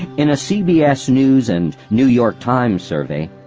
in a cbs news and new york times survey,